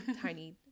tiny